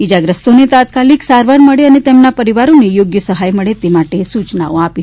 ઇજાગ્રસ્તોને તાત્કાલિક સારવાર મળે અને તેમના પરિવારોને યોગ્ય સહાય મળે તે માટે સૂચનાઓ આપી હતી